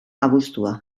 abuztua